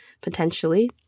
potentially